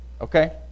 okay